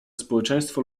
społeczeństwo